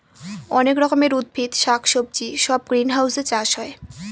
অনেক রকমের উদ্ভিদ শাক সবজি সব গ্রিনহাউসে চাষ হয়